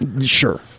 Sure